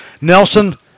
Nelson